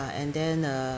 and then uh